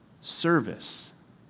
service